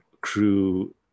crew